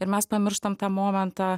ir mes pamirštam tą momentą